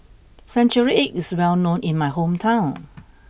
century egg is well known in my hometown